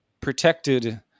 protected